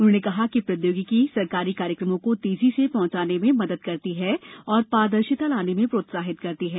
उन्होंने कहा कि प्रौद्योगिकी सरकारी कार्यक्रमों को तेजी से पहंचाने में मदद करती है और पारदर्शिता लाने में प्रोत्साहित करती है